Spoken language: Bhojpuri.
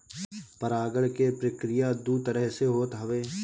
परागण के प्रक्रिया दू तरह से होत हवे